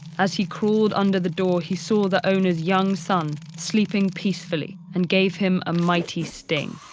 as he crawled under the door, he saw the owner's young son sleeping peacefully and gave him a mighty sting.